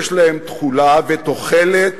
יש להם תחולה ותוחלת